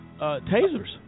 tasers